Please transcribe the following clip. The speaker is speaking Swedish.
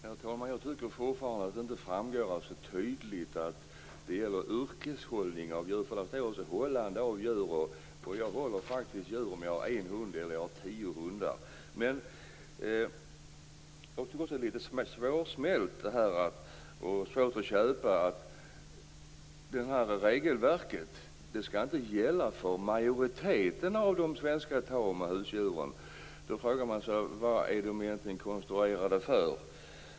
Herr talman! Jag tycker fortfarande att det inte tydligt framgår att det gäller yrkeshållning av djur. Det står hållande av djur. Jag håller faktiskt djur om jag har en hund eller om jag har tio hundar. Det är litet svårsmält att regelverket inte skall gälla för majoriteten av de svenska tama husdjuren. Då frågar man sig vad de egentligen är konstruerade för.